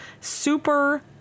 super